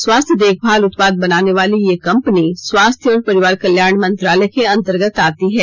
स्वास्थ्य देखभाल उत्पाद बनाने वाली यह कंपनी स्वास्थ्य और परिवार कल्याण मंत्रालय के अंतर्गत आती है